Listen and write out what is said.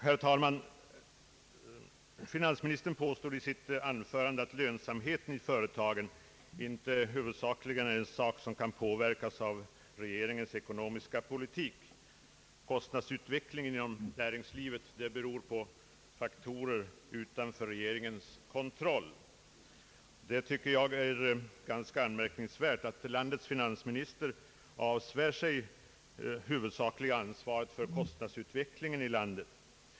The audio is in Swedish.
Herr talman! Finansministern påstod i sitt anförande att företagens lönsamhet inte väsentligen kan påverkas av regeringens ekonomiska politik — kostnadsutvecklingen inom näringslivet beror på faktorer utanför regeringens kontroll. Jag finner det ganska anmärkningsvärt att landets finansminister på detta sätt avsvär sig det huvudsakliga ansvaret för kostnadsutvecklingen i landet.